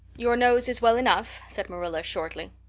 your nose is well enough, said marilla shortly.